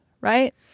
right